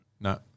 No